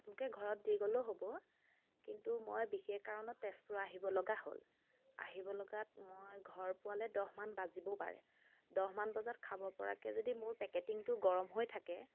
আপোনালোকে ঘৰত দি গ'লেও হ'ব কিন্তু মই বিশেষ কাৰণত তেজপুৰ আহিব লগা হ'ল আহিব লগাত মই ঘৰ পোৱালে দহ মান বাজিবও পাৰে দহ মান বজাত খাব পৰাকৈ যদি মোৰ পেকেটিংটো যদি গৰম হৈ থাকে